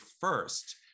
first